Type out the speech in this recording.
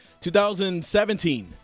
2017